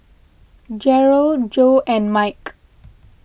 Jarrell Joe and Mike